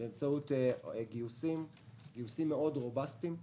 באמצעות גיוסים רובסטיים מאוד,